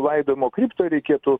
laidojimo kriptoj reikėtų